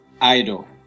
idol